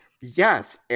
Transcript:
Yes